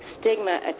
stigma